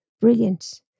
Brilliant